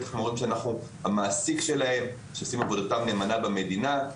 בטח מורים שאנחנו המעסיק שלהם ועושים עבודתם נאמנה במדינה.